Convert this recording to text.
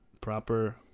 Proper